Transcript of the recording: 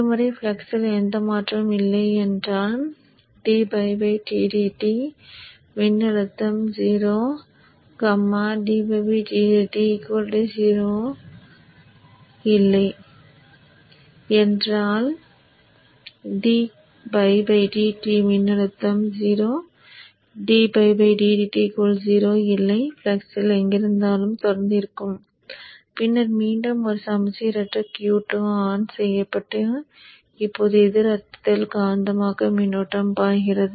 ஒருமுறை ஃப்ளக்ஸில் எந்த மாற்றமும் இல்லை என்றால் மின்னழுத்தம் 0 0 இல்லை ஃப்ளக்ஸ் எங்கிருந்தாலும் தொடர்ந்து இருக்கும் பின்னர் மீண்டும் ஒரு சமச்சீரற்ற Q2 ஆன் செய்யப்பட்டு இப்போது எதிர் அர்த்தத்தில் காந்தமாக்கும் மின்னோட்டம் பாய்கிறது